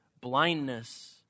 blindness